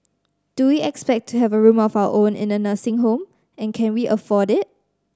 do we expect to have a room of our own in a nursing home and can we afford it